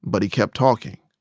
but he kept talking.